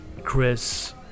Chris